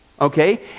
Okay